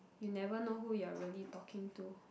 you never know who you're really talking to